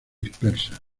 dispersa